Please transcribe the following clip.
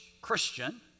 Christian